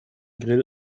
grill